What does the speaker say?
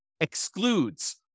excludes